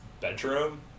bedroom